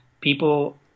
people